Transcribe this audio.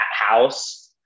house